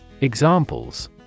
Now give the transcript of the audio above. Examples